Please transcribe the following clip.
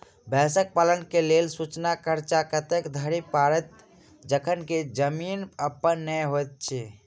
भैंसक पालन केँ लेल समूचा खर्चा कतेक धरि पड़त? जखन की जमीन अप्पन नै होइत छी